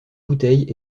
bouteille